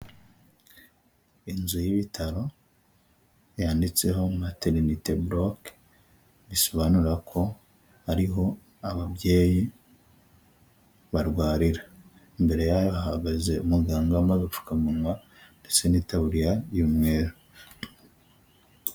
Inzu y'ibitaro, yanditseho materinete buroke, bisobanura ko ariho ababyeyi barwarira, imbere yayo hahagaze umuganga wambaye agapfukamunwa, ndetse n'itaburiya y'umweru.